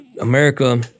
America